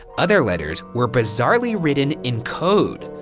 other letters were bizarrely written in code.